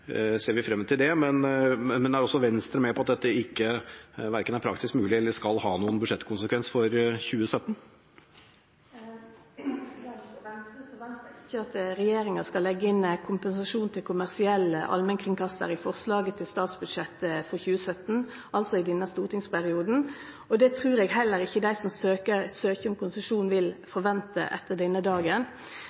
vi ser frem til det – er også Venstre med på at dette verken er praktisk mulig eller skal ha noen budsjettkonsekvens for 2017? Venstre forventar ikkje at regjeringa skal leggje inn kompensasjon til kommersiell allmennkringkastar i forslaget til statsbudsjett for 2017, altså i denne stortingsperioden. Og det trur eg heller ikkje dei som søkjer om konsesjon, vil forvente etter denne dagen.